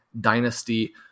dynasty